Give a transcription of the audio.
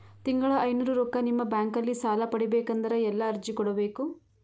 ತಿಂಗಳ ಐನೂರು ರೊಕ್ಕ ನಿಮ್ಮ ಬ್ಯಾಂಕ್ ಅಲ್ಲಿ ಸಾಲ ಪಡಿಬೇಕಂದರ ಎಲ್ಲ ಅರ್ಜಿ ಕೊಡಬೇಕು?